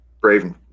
Brave